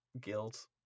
guilt